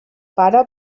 pare